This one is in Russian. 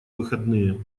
выходные